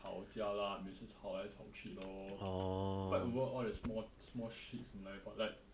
吵架 lah 每次吵来吵去 lor fight overall the small small shits like got like